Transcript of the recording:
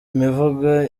imivugo